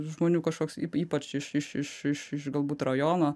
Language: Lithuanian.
žmonių kažkoks y ypač iš iš iš iš galbūt rajono